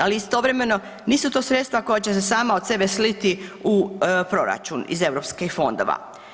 Ali istovremeno nisu to sredstva koja će se sama od sebe sliti u proračun iz Europskih fondova.